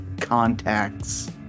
contacts